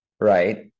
Right